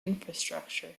infrastructure